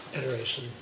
iteration